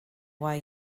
why